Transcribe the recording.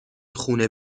خونه